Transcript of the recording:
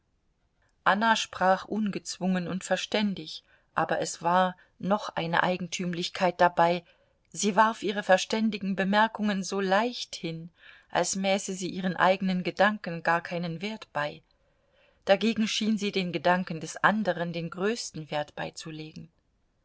anna sprach ungezwungen und verständig aber es war noch eine eigentümlichkeit dabei sie warf ihre verständigen bemerkungen so leicht hin als mäße sie ihren eigenen gedanken gar keinen wert bei dagegen schien sie den gedanken des anderen den größten wert beizulegen